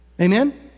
Amen